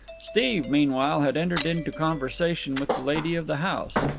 steve, meanwhile had entered into conversation with the lady of the house.